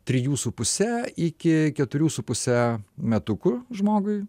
trijų su puse iki keturių su puse metukų žmogui